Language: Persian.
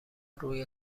روی